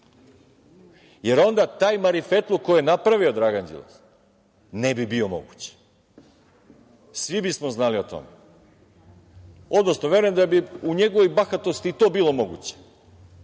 Onda taj marifetluk koji je napravio Dragan Đilas ne bi bio moguć, svi bi smo znali o tome. Odnosno, verujem da bi u njegovoj bahatosti i to bilo moguće. Znate,